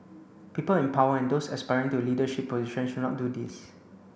people in power and those aspiring to leadership position should not do this